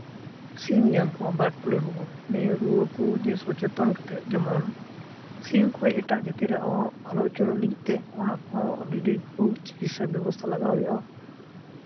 ᱥᱤᱢ ᱧᱟᱢ ᱠᱚᱣᱟ ᱵᱟᱨᱰ ᱯᱷᱞᱩ ᱨᱩᱣᱟᱹ ᱱᱤᱭᱟᱹ ᱨᱩᱣᱟᱹ ᱠᱩ ᱥᱚᱪᱮᱛᱚᱱ ᱠᱟᱛᱮᱫ ᱡᱮᱢᱚᱱ ᱥᱤᱢ ᱠᱷᱚᱡ ᱮᱴᱟᱜ ᱡᱟᱹᱛᱤ ᱨᱮ ᱟᱞᱚ ᱩᱪᱟᱹᱲᱚᱜ ᱞᱟᱹᱜᱤᱫ ᱛᱮ ᱚᱱᱟ ᱠᱚᱦᱚᱸ ᱟᱹᱰᱤ ᱰᱷᱤᱨ ᱜᱮᱠᱚ ᱪᱤᱠᱤᱥᱥᱟ ᱵᱮᱵᱚᱥᱛᱷᱟ ᱞᱟᱜᱟᱣ ᱦᱩᱭᱩᱜᱼᱟ